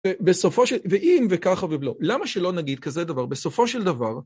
ובסופו של, ואם וככה ולא, למה שלא נגיד כזה דבר? בסופו של דבר...